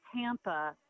Tampa